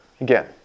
Again